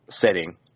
setting